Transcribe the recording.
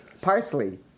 Parsley